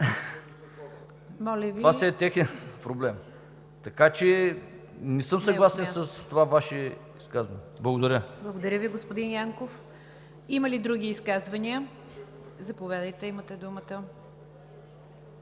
Това си е техен проблем. Така че не съм съгласен с това Ваше изказване. Благодаря. ПРЕДСЕДАТЕЛ НИГЯР ДЖАФЕР: Благодаря Ви, господин Янков. Има ли други изказвания? Заповядайте, имате думата.